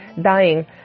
dying